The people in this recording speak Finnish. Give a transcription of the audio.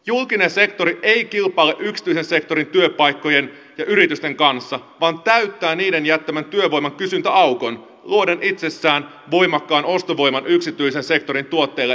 julkinen sektori ei kilpaile yksityisen sektorin työpaikkojen ja yritysten kanssa vaan täyttää niiden jättämän työvoimakysyntäaukon luoden itsessään voimakkaan ostovoiman yksityisen sektorin tuotteille ja palveluille